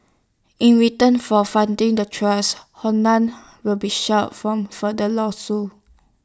in return for funding the trust Honda will be shielded from further lawsuits